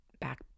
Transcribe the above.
back